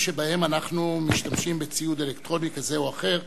שבהם אנחנו משתמשים בציוד אלקטרוני כזה או אחר,